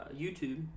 YouTube